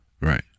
Right